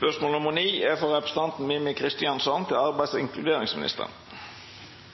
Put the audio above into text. «Da hun var olje- og energiminister, sa statsråden at "markedet har en viktig funksjon og